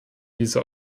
dieser